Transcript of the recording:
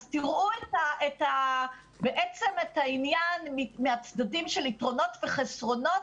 אז תראו בעצם את העניין מהצדדים של יתרונות וחסרונות